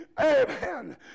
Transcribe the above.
Amen